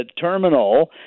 terminal